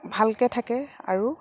ভালকৈ থাকে আৰু